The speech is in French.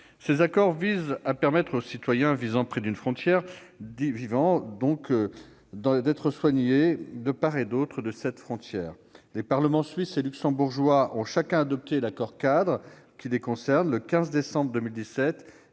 Ces accords visent à permettre aux citoyens vivant près d'une frontière d'être soignés de part et d'autre de celle-ci. Les parlements suisse et luxembourgeois ont chacun adopté l'accord-cadre qui les concerne, les 15 décembre 2017